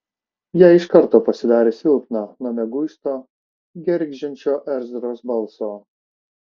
jai iš karto pasidarė silpna nuo mieguisto gergždžiančio ezros balso